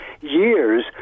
years